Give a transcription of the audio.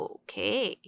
okay